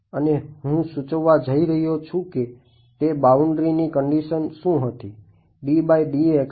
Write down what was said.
અને હું સૂચવવા જઈ રહ્યો છું કે તે બાઉન્ડ્રીની કંડીશન શું હતી